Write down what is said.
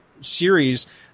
series